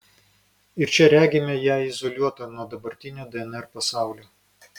ir čia regime ją izoliuotą nuo dabartinio dnr pasaulio